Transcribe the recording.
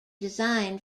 design